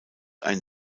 ein